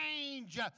change